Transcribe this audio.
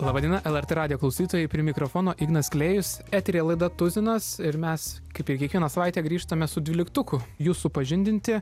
laba diena lrt radijo klausytojai prie mikrofono ignas klėjus eteryje laida tuzinas ir mes kaip ir kiekvieną savaitę grįžtame su dvyliktuku jus supažindinti